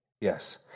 Yes